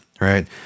right